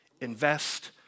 Invest